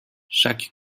chaque